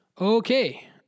Okay